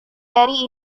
dari